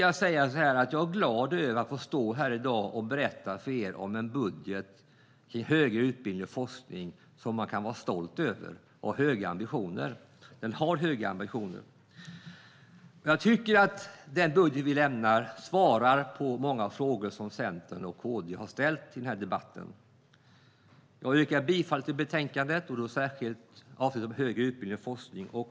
Jag är glad över att få stå här i dag och berätta för er om en budget till högre utbildning och forskning som man kan vara stolt över. Budgeten har höga ambitioner. Den budget vi lämnar fram svarar på många frågor som Centern och KD har ställt i debatten. Jag yrkar bifall till förslaget i betänkandet, särskilt avsnittet om högre utbildning och forskning.